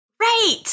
Right